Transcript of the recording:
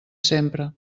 sempre